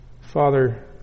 Father